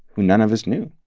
who none of us knew.